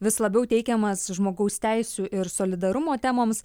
vis labiau teikiamas žmogaus teisių ir solidarumo temoms